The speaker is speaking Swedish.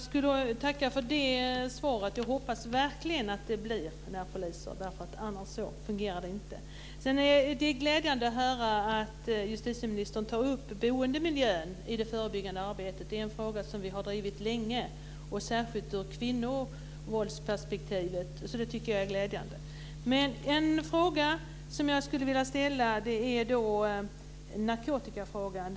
Fru talman! Jag tackar för det svaret. Jag hoppas verkligen att det blir närpoliser. Annars fungerar det inte. Det är glädjande att höra att justitieministern tar upp boendemiljön i det förebyggande arbetet. Det är en fråga som vi har drivit länge, särskilt ur kvinnovåldsperspektivet, så det tycker jag är glädjande. Men en fråga som jag skulle vilja ställa handlar om narkotikan.